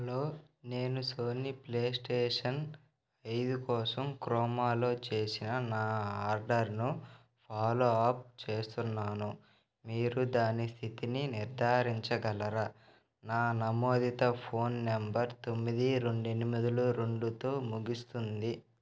hello నేను Sony PlayStation ఐదు కోసం క్రోమాలో చేసిన నా ఆర్డర్ను ఫాలో అప్ చేస్తున్నాను మీరు దాని స్థితిని నిర్ధారించగలరా నా నమోదిత ఫోన్ నెంబర్ తొమ్మిది రెండు ఎనిమిదులు రెండుతో ముగుస్తుంది